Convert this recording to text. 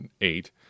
eight